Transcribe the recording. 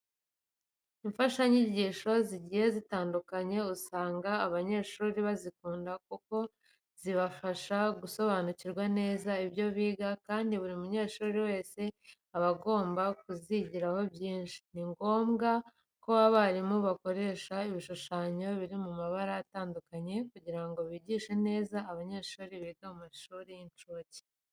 Imfashanyigisho zigiye zitandukanye usanga abanyeshuri bazikunda kuko zibafasha gusobanukirwa neza ibyo biga kandi buri munyeshuri wese aba agomba kuzigiraho byinshi. Ni ngombwa ko abarimu bakoresha ibishushanyo biri mu mabara atandukanye kugira ngo bigishe neza abanyeshuri biga mu mashuri y'incuke.